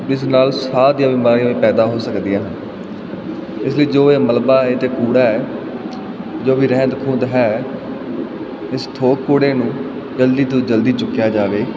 ਇਸ ਨਾਲ ਸਾਹ ਦੀਆਂ ਬਿਮਾਰੀਆਂ ਵੀ ਪੈਦਾ ਹੋ ਸਕਦੀਆਂ ਹਨ ਇਸ ਲਈ ਜੋ ਇਹ ਮਲਬਾ ਹੈ ਅਤੇ ਕੂੜਾ ਹੈ ਜੋ ਵੀ ਰਹਿੰਦ ਖੂੰਹਦ ਹੈ ਇਸ ਥੋਕ ਕੂੜੇ ਨੂੰ ਜਲਦੀ ਤੋਂ ਜਲਦੀ ਚੁੱਕਿਆ ਜਾਵੇ